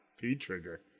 P-trigger